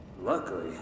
Luckily